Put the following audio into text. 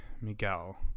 Miguel